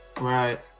right